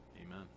amen